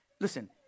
listen